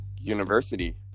university